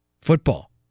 football